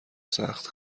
سخت